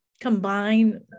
combine